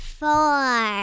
Four